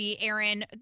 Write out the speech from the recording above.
Aaron